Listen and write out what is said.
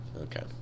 Okay